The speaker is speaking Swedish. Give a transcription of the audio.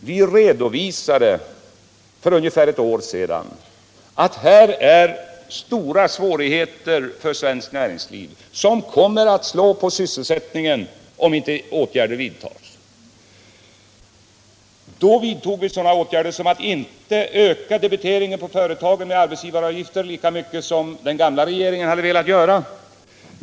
Vi redovisade för ungefär ett år sedan att här är stora svårigheter för svenskt näringsliv som kommer att slå på sysselsättningen, om inte åtgärder vidtas. Då vidtog vi också åtgärder som gick ut på att inte öka debiteringen på företagen med arbetsgivaravgifter lika mycket som den gamla regeringen hade velat göra.